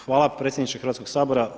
Hvala predsjedniče Hrvatskog sabora.